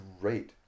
great